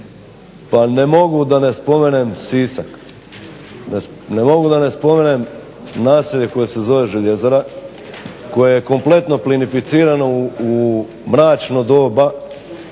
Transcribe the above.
pa ne mogu da ne spomenem Sisak, ne mogu da ne spomenem naselje koje se zove Željezara koje je kompletno plinificirano u mračno doba,